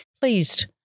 pleased